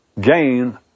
gain